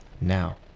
now